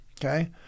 Okay